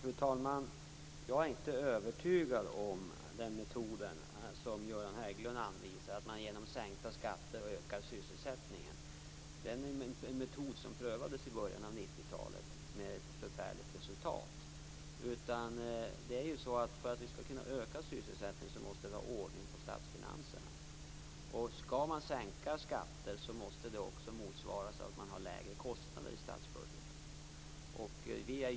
Fru talman! Jag är inte övertygad när det gäller den metod som Göran Hägglund anvisar, dvs. att man genom sänkta skatter ökar sysselsättningen. Den metoden prövades i början av 90-talet, med ett förfärligt resultat. För att vi skall kunna öka sysselsättningen måste vi ha ordning på statsfinanserna. Skall man sänka skatter måste det motsvaras av lägre kostnader i statsbudgeten.